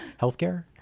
healthcare